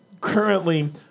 Currently